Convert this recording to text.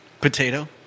Potato